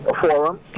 Forum